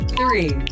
three